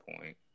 point